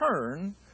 turn